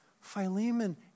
Philemon